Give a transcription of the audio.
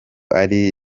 ari